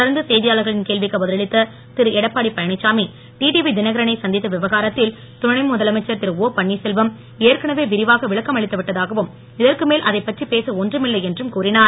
தொடர்ந்து செய்தியாளர்களின் கேள்விக்கு பதில் அளித்த திரு எடப்பாடி பழனிச்சாமி டிடிவி தினகரனை சந்தித்த விவகாரத்தில் துணை முதலமைச்சர் திரு ஓ பன்னீர்செல்வம் ஏற்கனவே விரிவாக விளக்கம் அளித்து விட்டதாகவும் இதற்கு மேல் அதைப்பற்றி பேச ஒன்றுமில்லை என்றும் கூறினார்